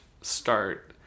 start